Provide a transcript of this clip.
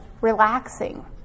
relaxing